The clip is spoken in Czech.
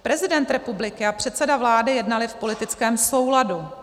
Prezident republiky a předseda vlády jednali v politickém souladu.